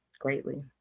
greatly